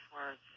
words